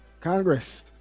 Congress